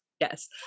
Yes